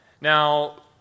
Now